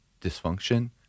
dysfunction